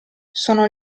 sono